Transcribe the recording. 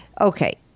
okay